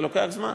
זה לוקח זמן.